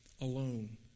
alone